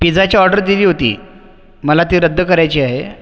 पिझाची order दिली होती मला ती रद्द करायची आहे